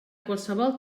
qualsevol